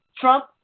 Trump